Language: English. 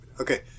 Okay